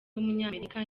w’umunyamerika